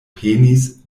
penis